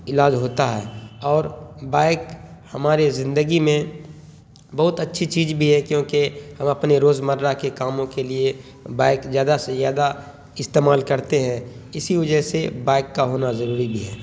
علاج ہوتا ہے اور بائک ہمارے زندگی میں بہت اچھی چیز بھی ہے کیونکہ ہم اپنے روز مرہ کے کاموں کے لیے بائک زیادہ سے زیادہ استعمال کرتے ہیں اسی وجہ سے بائک کا ہونا ضروری بھی ہے